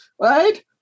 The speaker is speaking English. Right